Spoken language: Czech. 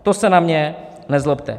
To se na mě nezlobte.